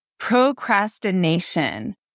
procrastination